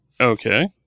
Okay